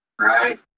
right